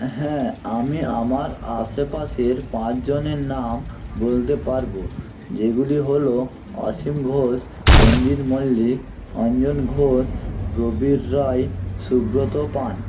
হ্যাঁ আমি আমার আশেপাশের পাঁচ জনের নাম বলতে পারবো যেগুলি হলো অসীম ঘোষ রণজিৎ মল্লিক অঞ্জন ঘোষ প্রবীর রয় সুব্রত পান